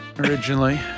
originally